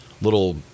little